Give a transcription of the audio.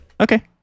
Okay